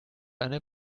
eine